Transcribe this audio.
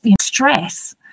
stress